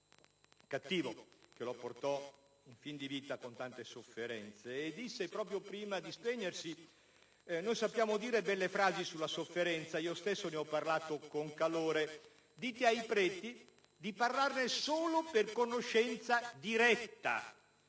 cattivo che lo ridusse in fin di vita con tante sofferenze e disse, proprio prima di spegnersi: «Noi sappiamo dire belle frasi sulla sofferenza, io stesso ne ho parlato con calore. Dite ai preti di parlarne solo per conoscenza diretta.